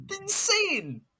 insane